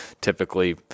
typically